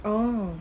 oh